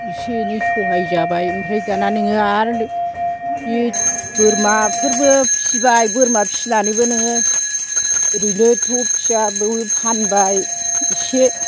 इसे एनै सहाय जाबाय ओमफ्राय दाना नोङो आर बे बोरमाफोरबो फिबाय बोरमा फिनानैबो नोङो ओरैनोथ' फिया बिखौ फानबाय